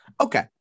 Okay